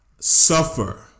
suffer